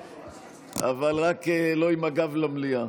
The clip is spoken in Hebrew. אבל רק לא עם הגב למליאה.